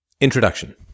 Introduction